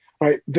right